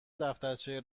دفترچه